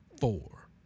four